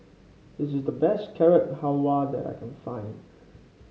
it is the best Carrot Halwa that I can find